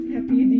Happy